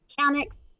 mechanics